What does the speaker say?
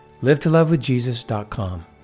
livetolovewithjesus.com